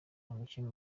umukinnyi